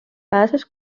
pääses